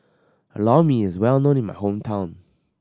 Lor Mee is well known in my hometown